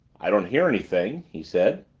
i don't hear anything, he said.